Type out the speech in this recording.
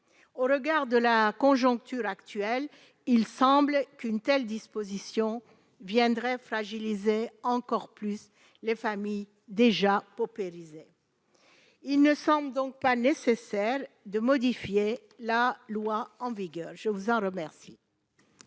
au regard de la conjoncture actuelle, il semble qu'une telle disposition viendrait fragiliser encore plus les familles déjà paupérisé, il ne semble donc pas nécessaire de modifier la loi en vigueur, je vous en remercie.